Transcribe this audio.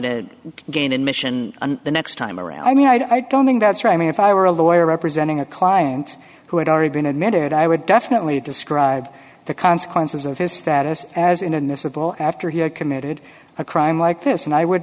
to gain admission the next time around i mean i don't mean that's right i mean if i were a lawyer representing a client who had already been admitted i would definitely describe the consequences of his status as inadmissible after he had committed a crime like this and i would